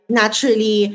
naturally